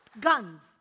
guns